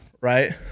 Right